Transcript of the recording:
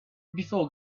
before